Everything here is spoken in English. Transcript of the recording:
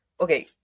okay